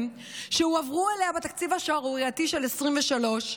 שהועברו אליה בתקציב השערורייתי של 2023,